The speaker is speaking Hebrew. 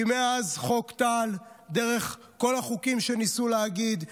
כי מאז חוק טל דרך כל החוקים שניסו להעביר,